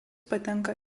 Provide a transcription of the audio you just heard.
patenka